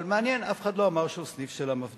אבל מעניין, אף אחד לא אמר שהוא סניף של המפד"ל.